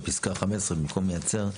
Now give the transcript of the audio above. בפסקה 15 במקום מייצר.